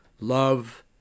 love